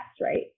right